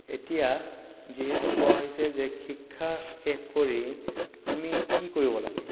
এতিয়া যিহেতু কোৱা হৈছে যে শিক্ষা শেষ কৰি আমি কি কৰিব লাগে